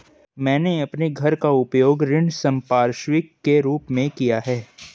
मैंने अपने घर का उपयोग ऋण संपार्श्विक के रूप में किया है